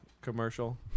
commercial